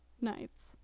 nights